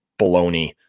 baloney